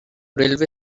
railway